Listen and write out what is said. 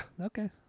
Okay